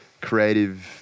creative